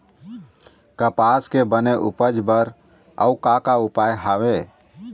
कपास के बने उपज बर अउ का का उपाय हवे?